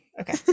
okay